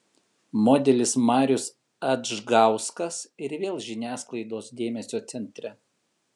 modelis marius adžgauskas ir vėl žiniasklaidos dėmesio centre